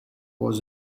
was